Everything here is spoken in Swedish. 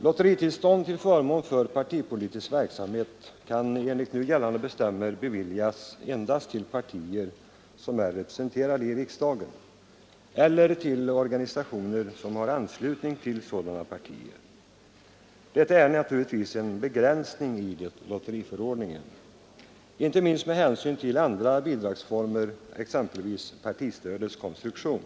Lotteritillstånd till förmån för politisk verksamhet kan enligt nu gällande bestämmelser beviljas endast till partier som är representerade i riksdagen eller till organisationer som har anslutning till sådana partier. Detta är naturligtvis en begränsning i lotteriförordningen, inte minst med hänsyn till andra bidragsformer, exempelvis partistödets konstruktion.